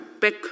back